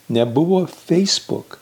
nebuvo feisbuk